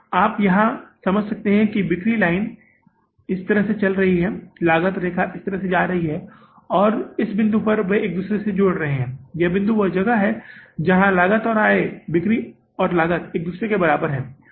आप यहां समझ सकते हैं कि बिक्री लाइन इस तरह से चल रही है लागत रेखा इस तरह से जा रही है और इस बिंदु पर वे एक दूसरे के साथ जुड़ रहे हैं यह बिंदु वह जगह है जहां लागत और राजस्व लागत और बिक्री एक दूसरे के बराबर हैं